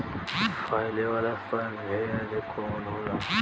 फैले वाला प्रभेद कौन होला?